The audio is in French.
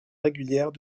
régulière